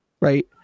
right